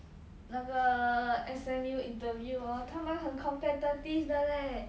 那个 S_M_U 的 interview hor 他们很 competitive 的 leh